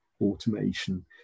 automation